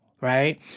right